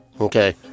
Okay